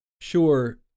sure